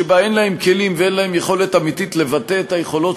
שבה אין להם כלים ואין להם יכולת אמיתית לבטא את היכולות